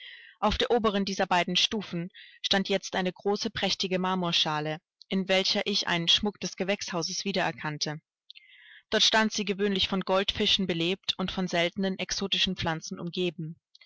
auf der oberen dieser bei den stufen stand jetzt eine große prächtige marmorschale in welcher ich einen schmuck des gewächshauses wieder erkannte dort stand sie gewöhnlich von goldfischen belebt und von seltenen exotischen pflanzen umgeben